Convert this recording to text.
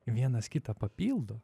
vienas kitą papildo